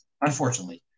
Unfortunately